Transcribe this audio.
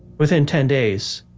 within ten days,